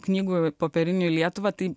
knygų popierinių į lietuvą tai